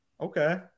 Okay